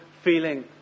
feeling